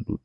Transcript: e caɗeele ngal